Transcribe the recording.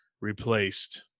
replaced